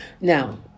Now